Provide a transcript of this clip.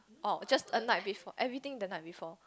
oh just a night before every thing the night before